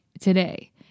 today